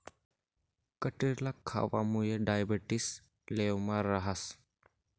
कटिरला खावामुये डायबेटिस लेवलमा रहास